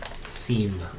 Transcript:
Seen